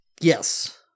Yes